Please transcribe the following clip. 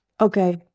Okay